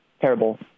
terrible